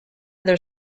their